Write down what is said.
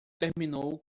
terminou